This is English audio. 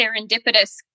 serendipitous